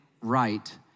right